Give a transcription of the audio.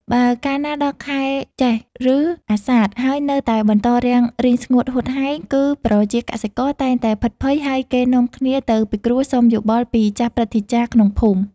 បើកាលណាដល់ខែជេស្ឋ ឬអាសាឍហើយនៅតែបន្តរាំងរីងស្ងួតហួតហែង គឺប្រជាកសិករតែងតែភិតភ័យហើយគេនាំគ្នាទៅពិគ្រោះសុំយោបល់ពីចាស់ព្រឹទ្ធាចារ្យក្នុងភូមិ។